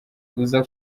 uza